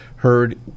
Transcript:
Heard